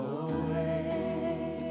away